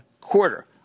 quarter